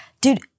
Dude